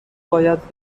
باید